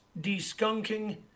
de-skunking